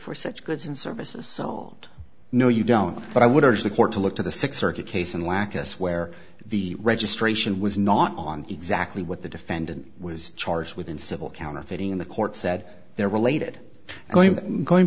for such goods and services sold no you don't but i would urge the court to look to the six circuit case and lack us where the registration was not on exactly what the defendant was charged with in civil counterfeiting the court said they're related going going